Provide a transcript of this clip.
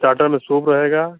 starter में soup रहेगा